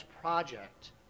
project